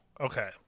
Okay